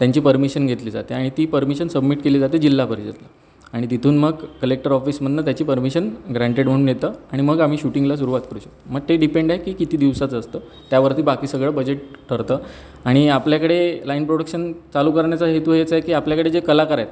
त्यांची परमिशन घेतली जाते आणि ती परमिशन सबमिट केली जाते जिल्हा परिषदेला आणि तिथून मग कलेक्टर ऑफिसमधून त्याची परमिशन ग्रँटेड होऊन येतं आणि मग आम्ही शुटींगला सुरुवात करू शकतो मग ते डिपेंड आहे की किती दिवसाचं असतं त्यावरती बाकी सगळं बजेट ठरतं आणि आपल्याकडे लाईन प्रोडक्शन चालू करण्याचा हेतू हेच आहे की आपल्याकडे जे कलाकार आहेत